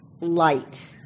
light